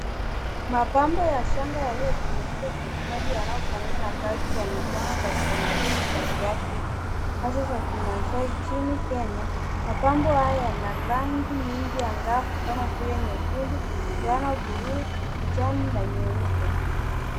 Mapambo ya shanga yaliyotengenezwa kwa ustadi, yanayofanana na kazi za mikono za kitamaduni za Kiafrika hasa za Kimaasai nchini Kenya. Mapambo haya yana rangi nyingi angavu kama vile nyekundu, njano, bulu, kijani na nyeupe.